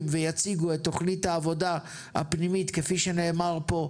ויציגו את תוכנית העבודה הפנימית כפי שנאמר פה,